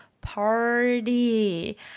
party